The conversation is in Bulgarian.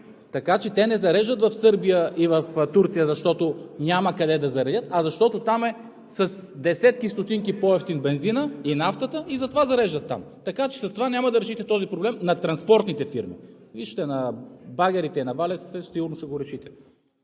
Така че те не зареждат в Сърбия и в Турция, защото няма къде да заредят, а защото там е с десетки стотинки по-евтин бензинът и нафтата и затова зареждат там. Така че с това няма да решите този проблем на транспортните фирми. Вижте на багерите, на валяците сигурно ще го решите.